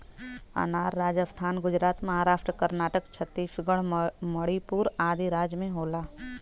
अनार राजस्थान गुजरात महाराष्ट्र कर्नाटक छतीसगढ़ मणिपुर आदि राज में होला